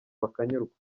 bakanyurwa